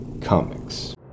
comics